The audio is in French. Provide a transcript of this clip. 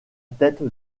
tête